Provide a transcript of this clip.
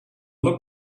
look